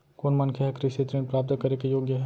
कोन मनखे ह कृषि ऋण प्राप्त करे के योग्य हे?